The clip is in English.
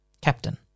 Captain